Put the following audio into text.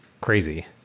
crazy